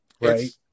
Right